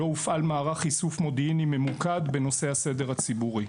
לא הופעל מערך איסוף מודיעיני ממוקד בנושא הסדר הציבורי.